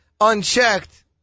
unchecked